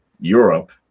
Europe